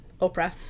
Oprah